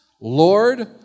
Lord